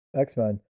X-Men